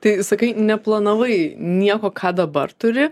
tai sakai neplanavai nieko ką dabar turi